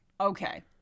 Okay